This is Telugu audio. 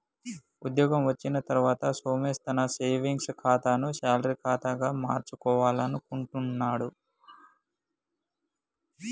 ఉద్యోగం వచ్చిన తర్వాత సోమేష్ తన సేవింగ్స్ ఖాతాను శాలరీ ఖాతాగా మార్చుకోవాలనుకుంటున్నడు